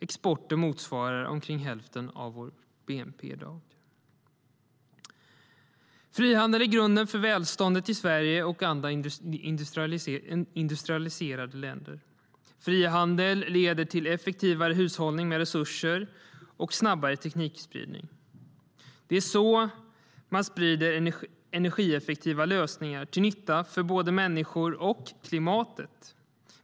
Exporten motsvarar i dag omkring hälften av vår bnp.Frihandeln är grunden för välståndet i Sverige och andra industrialiserade länder. Frihandel leder till effektivare hushållning med resurser och snabbare teknikspridning. Det är så man sprider energieffektiva lösningar, till nytta för både människor och klimatet.